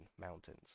mountains